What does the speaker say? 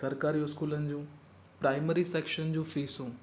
सरकारी स्कूलनि जूं प्राइमरी सेक्शन जूं फिसूं